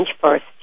first